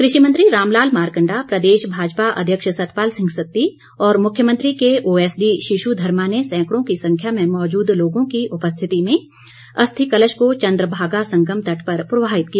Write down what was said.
कृषि मंत्री रामलाल मारकंडा प्रदेश भाजपा अध्यक्ष सतपाल सिंह सत्ती और मुख्यमंत्री के ओएसडी शिशु धर्मा ने सैंकड़ों की संख्या में मौजूद लोगों की उपस्थिति में अस्थि कलश को चंद्रभागा संगम तट पर प्रवाहित किया